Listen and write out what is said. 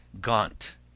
gaunt